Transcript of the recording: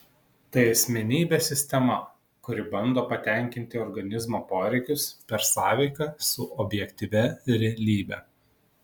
tai asmenybės sistema kuri bando patenkinti organizmo poreikius per sąveiką su objektyvia realybe